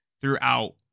throughout